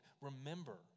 remember